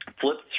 flips